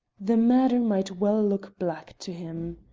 the matter might well look black to him.